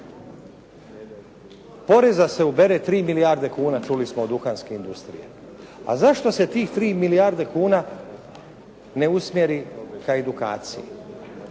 Poreza se ubere 3 milijarde kuna, čuli smo od duhanske industrije. A zašto se tih 3 milijarde kuna ne usmjeri ka edukaciji?